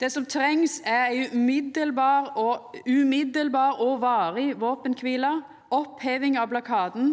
Det som trengs, er ei omgåande og varig våpenkvile, oppheving av blokaden,